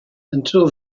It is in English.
until